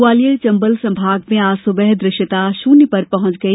ग्वालियर चंबल संभाग में आज सुबह दृश्यता शून्य पर पहुंच गई